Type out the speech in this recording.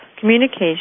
communication